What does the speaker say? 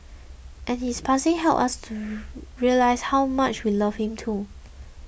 and his passing helped us realise how much we loved him too